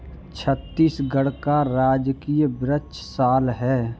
छत्तीसगढ़ का राजकीय वृक्ष साल है